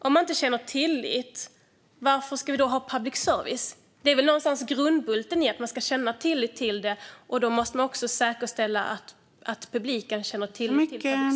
Om man inte känner tillit, varför ska vi då ha public service? Det är väl någonstans grundbulten att man ska känna tillit till det. Då måste man säkerställa att publiken känner tillit till public service.